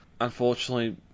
Unfortunately